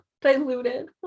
diluted